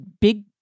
big